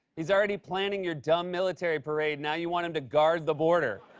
he's already planning your dumb military parade, now you want him to guard the border.